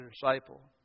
disciple